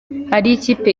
ikipe